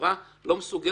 החברה לא מסוגלת